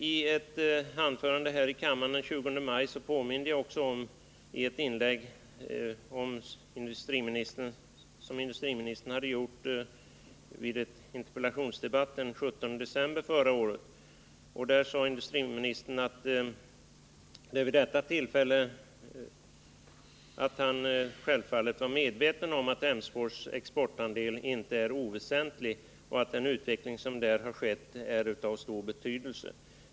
I ett anförande här i kammaren den 20 maj erinrade jag om ett inlägg som industriministern hade gjort vid en interpellationsdebatt den 17 december förra året. Vid detta tillfälle sade industriministern att man självfallet var medveten om att Emsfors exportandel inte är oväsentlig och att den utveckling som här har skett är av stor betydelse.